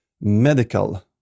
medical